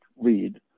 read